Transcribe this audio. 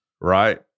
right